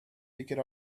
picked